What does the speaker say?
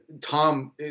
Tom